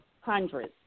hundreds